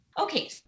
Okay